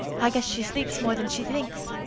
i guess she sleeps more than she thinks.